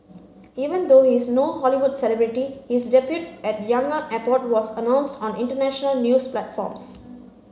even though he is no Hollywood celebrity his debut at Yangon airport was announced on international news platforms